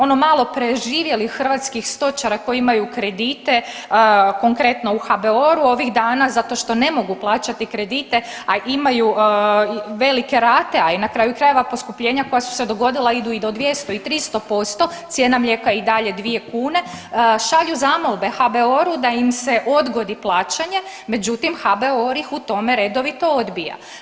Ono malo preživjelih hrvatskih stočara koji imaju kredite konkretno u HBOR-u ovih dana zato što ne mogu plaćati kredite, a imaju velike rate, a i na kraju krajeva poskupljenja koja su se dogodila idu i do 200-300%, cijena mlijeka i dalje je 2 kune, šalju zamolbe HBOR-u da im se odgodi plaćanje međutim HBOR ih u tome redovito odbija.